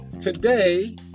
today